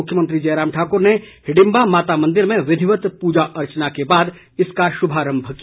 मुख्यमंत्री जयराम ठाक्र ने हिडिम्बा माता मंदिर में विधिवत पूजा अर्चना के बाद इसका शुभारंभ किया